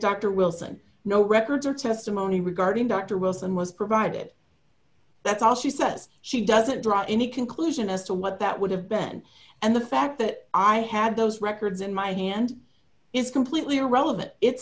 dr wilson no records or testimony regarding dr wilson was provided that's all she says she doesn't draw any conclusion as to what that would have been and the fact that i had those records in my hand is completely irrelevant it's